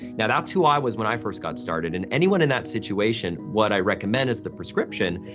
now, that's who i was when i first got started and anyone in that situation, what i recommend as the prescription,